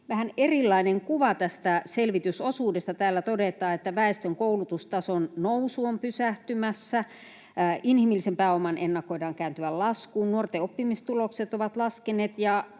vähän erilainen kuva tästä selvitysosuudesta. Täällä todetaan, että väestön koulutustason nousu on pysähtymässä, inhimillisen pääoman ennakoidaan kääntyvän laskuun, nuorten oppimistulokset ovat laskeneet